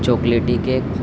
chocolatey cake